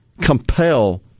compel